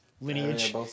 lineage